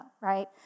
right